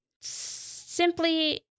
Simply